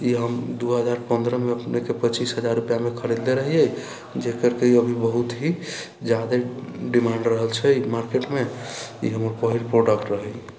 ई हम दू हजार पन्द्रहमे अपनेके पच्चीस हजार रूपैआमे खरीदले रहियै जेकर कि बहुत ही जादे डिमाण्ड रहल छै मार्केटमे ई हमर पहिल प्रोडक्ट रहै